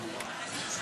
(קוראת בשמות חברי הכנסת)